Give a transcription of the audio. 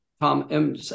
Tom